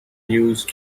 use